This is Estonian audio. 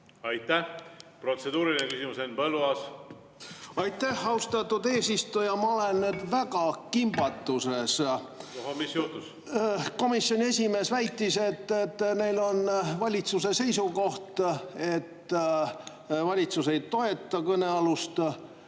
Aitäh! Protseduuriline küsimus, Henn Põlluaas. Aitäh, austatud eesistuja! Ma olen väga kimbatuses. Tohoh! Mis juhtus? Komisjoni esimees väitis, et neil on valitsuse seisukoht ja et valitsus ei toeta kõnealust